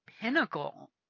pinnacle